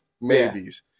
maybes